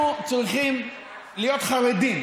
אנחנו צריכים להיות חרדים,